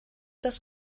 das